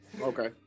Okay